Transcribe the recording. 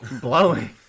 Blowing